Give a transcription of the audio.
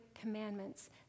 commandments